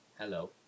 Hello